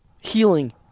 healing